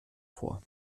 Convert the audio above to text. vor